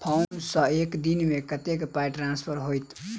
Phone सँ एक दिनमे कतेक पाई ट्रान्सफर होइत?